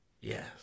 Yes